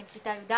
אני בכיתה י"א,